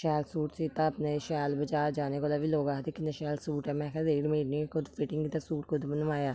शैल सूट सीता अपने शैल बजार जाने कोला बी लोक आखदे किन्ना शैल सूट ऐ में आखेआ देई ओड़ मी इन्नी खुद फिटिंग दा सूट खुद बनवाया ऐ